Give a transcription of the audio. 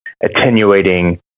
attenuating